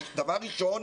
דבר ראשון,